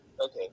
okay